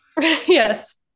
yes